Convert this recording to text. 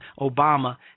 Obama